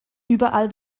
überall